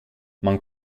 man